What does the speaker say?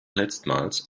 letztmals